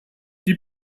die